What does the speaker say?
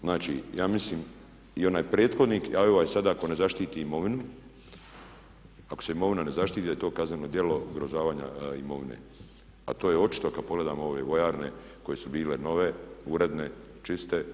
Znači, ja mislim i onaj prethodnih, a i ovaj sada ako ne zaštiti imovinu, ako se imovina ne zaštiti da je to kazneno djelo ugrožavanja imovine, a to je očito kad pogledamo ove vojarne koje su bile nove, uredne, čiste.